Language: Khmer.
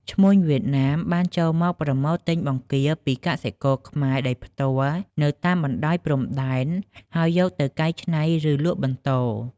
ឈ្មួញវៀតណាមបានចូលមកប្រមូលទិញបង្គាពីកសិករខ្មែរដោយផ្ទាល់នៅតាមបណ្តោយព្រំដែន ហើយយកទៅកែច្នៃ ឬលក់បន្ត។